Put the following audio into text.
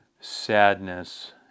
sadness